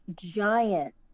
giant